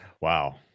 Wow